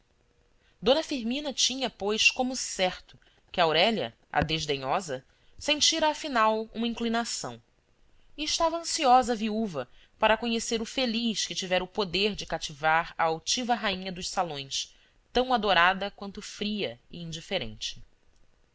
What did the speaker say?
d firmina tinha pois como certo que aurélia a desdenhosa sentira afinal uma inclinação e estava ansiosa a viúva para conhecer o feliz que tivera o poder de cativar a altiva rainha dos salões tão adorada quanto fria e indiferente